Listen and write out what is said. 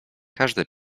każde